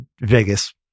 Vegas